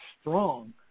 strong